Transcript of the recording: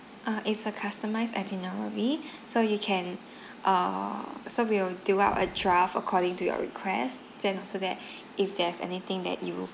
uh it's a customized itinerary so you can uh so we'll do out a draft according to your request then after that if there's anything that you